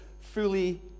fully